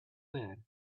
bed